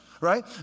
right